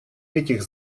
этих